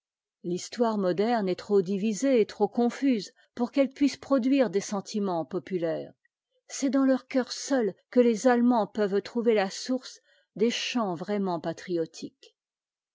l'histoire moderne est trop divisée et trop confuse pour qu'elle puisse produire des sentiments popu aires c'est dansjeurcœur seu que les ahemahds peuvent trouver ta source des chants vraiment patriotiques